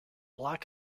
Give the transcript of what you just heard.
black